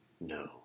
No